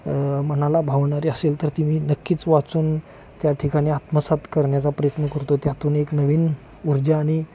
मनाला भावणारी असेल तर ती मी नक्कीच वाचून त्या ठिकाणी आत्मसात करण्याचा प्रयत्न करतो त्यातून एक नवीन ऊर्जा आणि